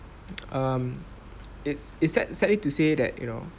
um it's it's sad sadly to say that you know